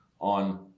on